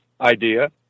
Idea